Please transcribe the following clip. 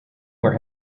were